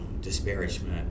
disparagement